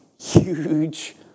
huge